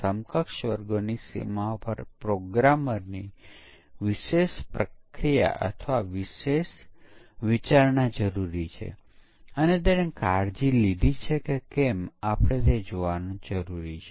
આને regression bug તરીકે ઓળખવામાં આવે છે જ્યારે સોફ્ટવેર બન્યો ત્યારે તે યોગ્ય રીતે કાર્ય કરતો હતો પરંતુ પછી ક્યાંક નાના ફેરફાર ને લીધે ઘણા બધા પરીક્ષણો નિષ્ફળ ગયા છે અને આ રીગ્રેસન ભૂલો છે જેના કારણે તે નિષ્ફળ થાય છે